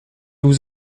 vous